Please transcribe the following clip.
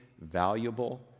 valuable